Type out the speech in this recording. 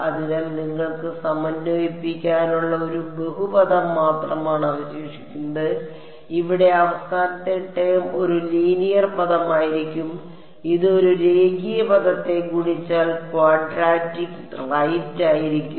അതിനാൽ നിങ്ങൾക്ക് സമന്വയിപ്പിക്കാനുള്ള ഒരു ബഹുപദം മാത്രമാണ് അവശേഷിക്കുന്നത് ഇവിടെ അവസാനത്തെ ടേം ഒരു ലീനിയർ പദമായിരിക്കും ഇത് ഒരു രേഖീയ പദത്തെ ഗുണിച്ചാൽ ക്വാഡ്രാറ്റിക് റൈറ്റ് ആയിരിക്കും